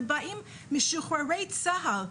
ובאים משוחררי צה"ל,